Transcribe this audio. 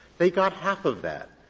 they got half of that.